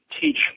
teach